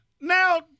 now